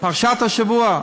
פרשת השבוע.